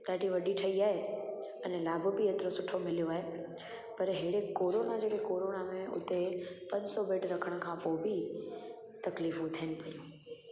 ॾाढी वॾी ठही आहे अने लाभ बि एतिरो सुठो मिलियो आहे पर हेड़े कोरोना जे बि कोरोना में हुते पंज सौ बेड रखण खां पोइ बि तकलीफ़ू थियनि पियूं